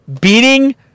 Beating